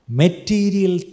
material